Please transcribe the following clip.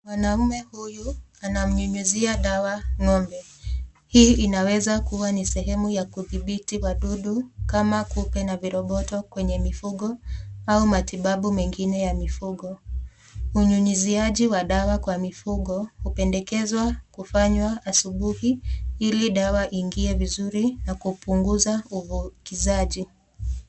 Mwanaume huyu anamnyunyumzia dawa ng'ombe hii inaweza kuwa ni sehemu ya kuthibiti wadudu kama kupe na viroboto kwenye mifugo au matibabu mengine ya mifugo. Unyunyiziaji wa dawa kwa mifugo hupendekezwa kufanywa asubuhi ili dawa iingie vizuri na kupunguza uvukizaji.